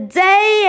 day